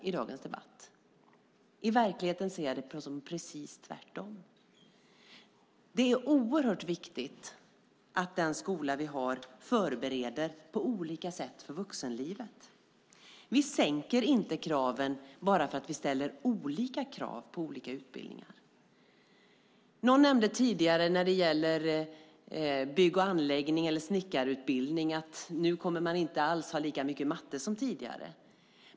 I verkligheten tycker jag att det är precis tvärtom. Det är oerhört viktigt att den skola vi har på olika sätt förbereder för vuxenlivet. Vi sänker inte kraven bara för att vi ställer olika krav på olika utbildningar. Någon nämnde tidigare när det gäller bygg och anläggning eller snickarutbildning att man nu inte alls kommer att ha lika mycket matte som tidigare.